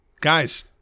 guys